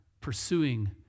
pursuing